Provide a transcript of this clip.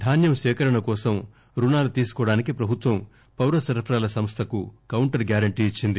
ధాన్యం సేకరణ కోసం రుణాలు తీసుకోవడానికి ప్రభుత్వం పౌరసరఫరాల సంస్థకు కౌంటర్ గ్యారంటీ ఇచ్చింది